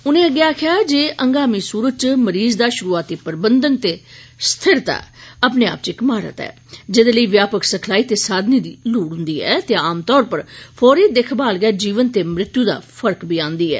उनें अग्गे आकखेआ जे हगामी सूरत च मरीज दा शुरूआती प्रबंधन ते स्थिरता अपन'आपा च इक महारत ऐ जह्दे लेई व्यापक शिखलाई ते साघनें दी लोड़ हुंदी ऐ ते आम तौरा पर फौरी दिक्खमाल गै जीवन ते मृत्यू दा फर्क आनदी ऐ